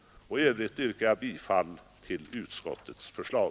I övrigt yrkar jag bifall till utskottets hemställan.